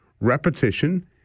repetition